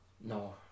No